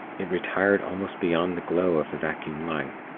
it retired almost beyond the glow of the vacuum light,